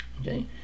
Okay